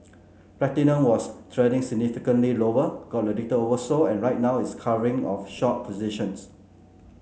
platinum was trending significantly lower got a little oversold and right now it's covering of short positions